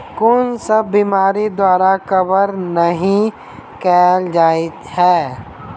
कुन सब बीमारि द्वारा कवर नहि केल जाय है?